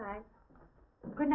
right good